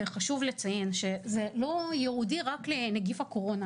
וחשוב לציין שזה לא ייעודי רק לנגיף הקורונה.